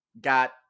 got